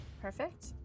Perfect